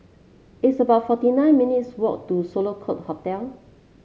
it's about forty nine minutes' walk to Sloane Court Hotel